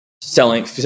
selling